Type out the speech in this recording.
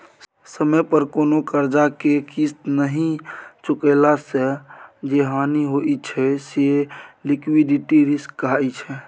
समय पर कोनो करजा केँ किस्त नहि चुकेला सँ जे हानि होइ छै से लिक्विडिटी रिस्क कहाइ छै